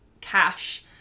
cash